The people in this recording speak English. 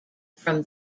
from